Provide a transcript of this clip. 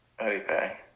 Okay